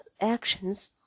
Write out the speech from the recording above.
actions